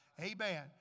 Amen